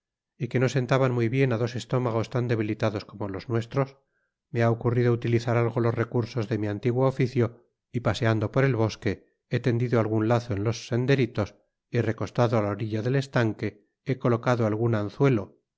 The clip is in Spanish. y que no sentaban muy bien á dos estómagos tan debilitados como los nuestros me ha ocurrido utilizar algo los recursos de mi antiguo oficio y paseando por el bosque he tendido algun lazo en los senderitos y recostado á la orilla del estanque he colocado algun anzuelo